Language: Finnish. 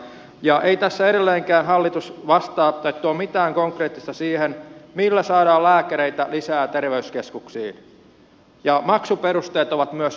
ja ei tässä edelleenkään hallitus tuo mitään konkreettista siihen millä saadaan lääkäreitä lisää terveyskeskuksiin ja maksuperusteet ovat myös auki